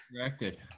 corrected